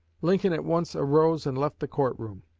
lincoln at once arose and left the court-room.